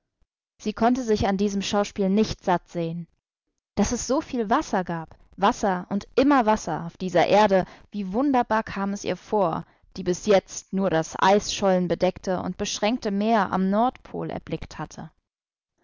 sie konnte sich an diesem schauspiel nicht sattsehen daß es so viel wasser gab wasser und immer wasser auf dieser erde wie wunderbar kam es ihr vor die bis jetzt nur das eisschollenbedeckte und beschränkte meer am nordpol erblickt hatte